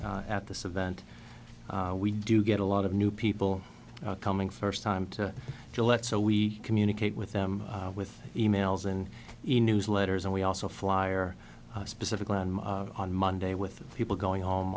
at this event we do get a lot of new people coming first time to gillette so we communicate with them with e mails and newsletters and we also flyer specifically on monday with people going home